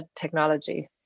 technology